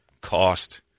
cost